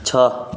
छः